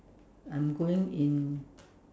I'm going in